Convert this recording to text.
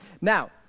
Now